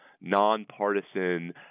nonpartisan